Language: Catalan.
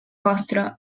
mostra